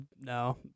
no